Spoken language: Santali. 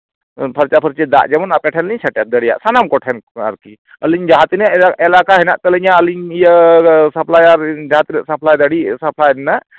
ᱯᱷᱟᱨᱪᱟ ᱯᱷᱟᱹᱨᱪᱤ ᱫᱟᱜ ᱡᱮᱢᱚᱱ ᱟᱯᱮ ᱴᱷᱮᱱ ᱞᱤᱧ ᱥᱮᱴᱮᱨ ᱫᱟᱲᱮᱭᱟᱜ ᱥᱟᱱᱟᱢ ᱠᱚ ᱴᱷᱮᱱ ᱟᱨᱠᱤ ᱟᱞᱤᱧ ᱡᱟᱦᱟᱸ ᱛᱤᱱᱟᱹᱜ ᱮᱞᱟᱠᱟ ᱦᱮᱱᱟᱜ ᱛᱟᱞᱤᱧᱟᱹ ᱟᱞᱤᱧ ᱤᱭᱟᱹ ᱥᱟᱯᱞᱟᱭᱟᱨ ᱡᱟᱦᱟᱸ ᱛᱤᱱᱟᱹᱜ ᱥᱟᱯᱞᱟᱭ ᱫᱟᱲᱮᱭᱟᱜ ᱥᱟᱯᱞᱟᱭ ᱨᱮᱱᱟᱜ